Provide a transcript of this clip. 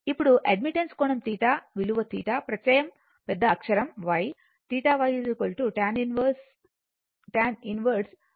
ఇప్పుడు అడ్మిటెన్స్ కోణం θY విలువ θ ప్రత్యయం పెద్ద అక్షరం Y θY tan 1 BC BL G